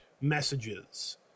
messages